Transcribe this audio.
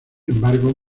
embargo